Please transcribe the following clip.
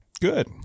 Good